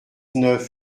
neuf